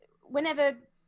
whenever